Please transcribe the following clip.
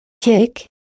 kick